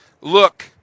look